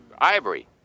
Ivory